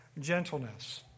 gentleness